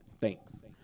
Thanks